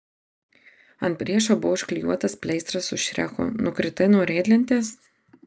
ant riešo buvo užklijuotas pleistras su šreku nukritai nuo riedlentės